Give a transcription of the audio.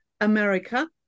America